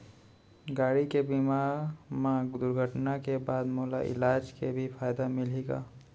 गाड़ी के बीमा मा दुर्घटना के बाद मोला इलाज के भी फायदा मिलही का?